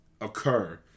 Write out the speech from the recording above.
occur